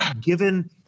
Given